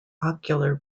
ocular